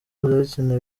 mpuzabitsina